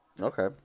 Okay